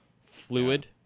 fluid